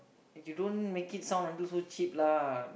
eh you don't make it sound until so cheap lah